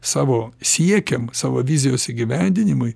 savo siekiam savo vizijos įgyvendinimui